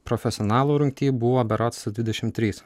profesionalų rungty buvo berods dvidešimt trys